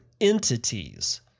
entities